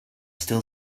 still